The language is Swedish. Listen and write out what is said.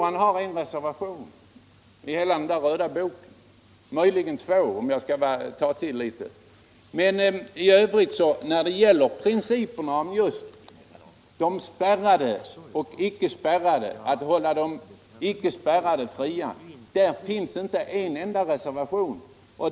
Han har cen reservation — eller möjligen två —- i den här röda boken. Men när det gäller formuleringen i principuttalandet att de icke spärrade linjerna skall hållas fria finns det inte en enda reservation.